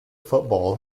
football